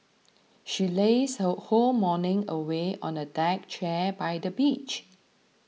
she lazed her whole morning away on a deck chair by the beach